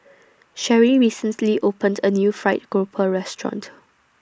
Sherrie recently opened A New Fried Grouper Restaurant